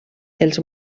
els